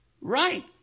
right